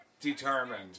determined